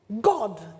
God